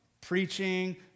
preaching